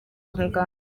muganga